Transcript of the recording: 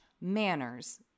manners